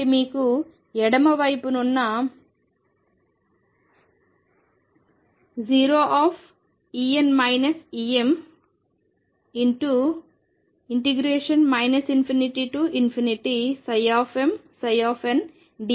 కాబట్టి మీకు ఎడమ వైపున ఉన్న 0 ∞mndx కి సమానం